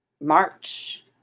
March